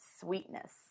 sweetness